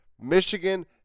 Michigan